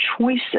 choices